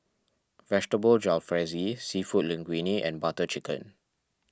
Vegetable Jalfrezi Seafood Linguine and Butter Chicken